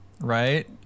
right